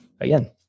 again